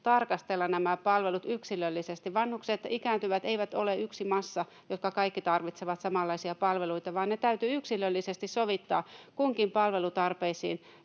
tarkastella näitä palveluita yksilöllisesti. Vanhukset ja ikääntyvät eivät ole yksi massa, jotka kaikki tarvitsevat samanlaisia palveluita, vaan ne täytyy yksilöllisesti sovittaa kunkin palvelutarpeisiin.